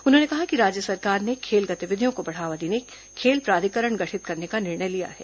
उन्होंने कहा कि राज्य सरकार ने खेल गतिविधियों को बढ़ावा देने खेल प्राधिकरण गठित करने का निर्णय लिया है